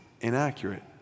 inaccurate